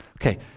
Okay